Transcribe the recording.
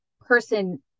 person